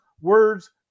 words